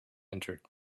entered